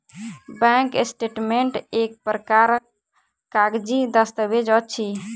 bank statement एक प्रकारक कागजी दस्तावेज अछि